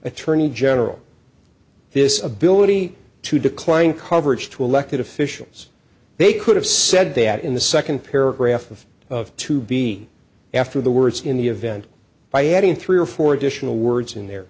attorney general this ability to decline coverage to elected officials they could have said that in the second paragraph of to be after the words in the event by adding three or four additional words in there